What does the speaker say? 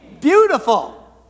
beautiful